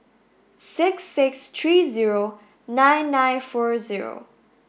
six six three zero nine nine four zero